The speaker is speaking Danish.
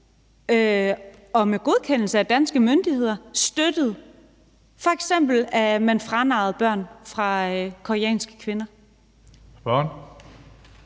og med godkendelse af danske myndigheder f.eks. støttet, at man narrede børn fra koreanske kvinder.